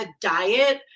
diet